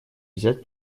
взять